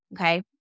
Okay